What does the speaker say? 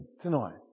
tonight